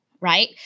right